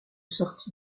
sorti